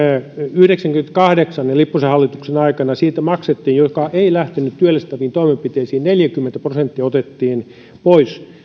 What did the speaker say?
yhdeksänkymmenenkahdeksan lipposen hallituksen aikana siitä maksettiin jos ei lähtenyt työllistäviin toimenpiteisiin neljäkymmentä prosenttia otettiin pois